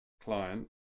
client